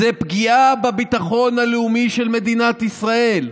זה פגיעה בביטחון הלאומי של מדינת ישראל.